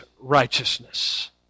righteousness